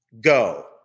Go